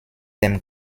dem